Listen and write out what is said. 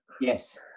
Yes